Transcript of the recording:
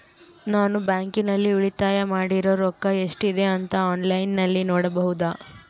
ನಾನು ಬ್ಯಾಂಕಿನಲ್ಲಿ ಉಳಿತಾಯ ಮಾಡಿರೋ ರೊಕ್ಕ ಎಷ್ಟಿದೆ ಅಂತಾ ಆನ್ಲೈನಿನಲ್ಲಿ ನೋಡಬಹುದಾ?